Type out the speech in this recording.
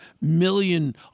million